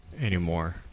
anymore